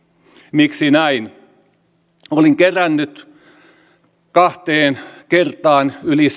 miksi näin olin kerännyt kahteen kertaan yli